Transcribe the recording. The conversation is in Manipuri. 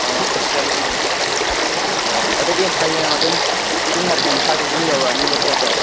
ꯑꯥ ꯏꯆꯥꯅꯨꯄꯤꯒꯤꯅ ꯑꯣ ꯑꯗꯨꯗꯤ ꯍꯌꯦꯡ ꯑꯗꯨꯝ ꯄꯨꯡ ꯃꯥꯄꯟ ꯁ꯭ꯋꯥꯏꯗ ꯑꯗꯨꯝ ꯌꯧꯔꯛꯑꯅꯦꯕ ꯄꯣꯠꯇꯣ